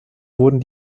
wurden